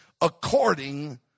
according